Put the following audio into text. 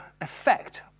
effect